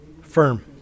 firm